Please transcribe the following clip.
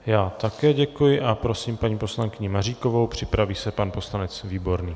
Já také děkuji a prosím paní poslankyni Maříkovou, připraví se pan poslanec Výborný.